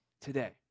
today